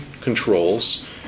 controls